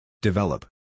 Develop